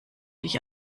dich